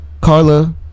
Carla